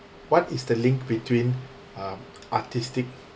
what is the link between um artistic